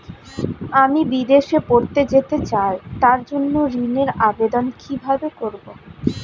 আমি বিদেশে পড়তে যেতে চাই তার জন্য ঋণের আবেদন কিভাবে করব?